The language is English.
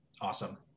awesome